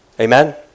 Amen